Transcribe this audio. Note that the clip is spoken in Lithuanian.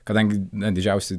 kadangi na didžiausi